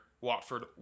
Watford